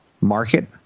market